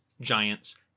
giants